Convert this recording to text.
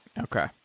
Okay